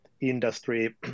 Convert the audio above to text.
industry